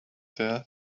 there